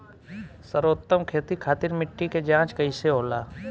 सर्वोत्तम खेती खातिर मिट्टी के जाँच कईसे होला?